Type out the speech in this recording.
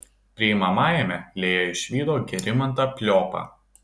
priimamajame lėja išvydo gerimantą pliopą